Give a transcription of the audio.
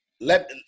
let